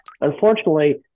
Unfortunately